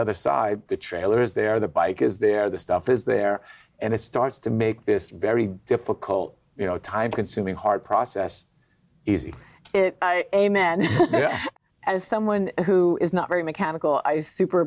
other side the trailer is there the bike is there the stuff is there and it starts to make this very difficult you know time consuming hard process easy it amen and someone who is not very mechanical i super